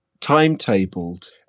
timetabled